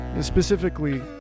Specifically